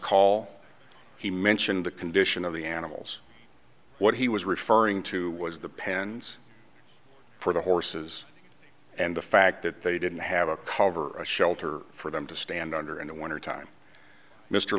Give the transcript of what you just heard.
call he mentioned the condition of the animals what he was referring to was the pens for the horses and the fact that they didn't have a cover a shelter for them to stand under in the wintertime mr